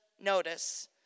notice